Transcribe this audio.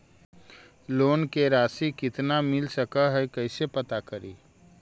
Loan के रासि कितना मिल सक है कैसे पता करी?